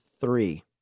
three